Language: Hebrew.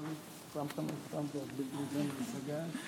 עם כניסתה לכנסת ישראל על נאום ראשון במליאה.